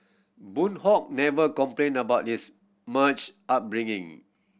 Boon Hock never complained about this much upbringing